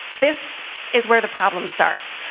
this is where the problem starts.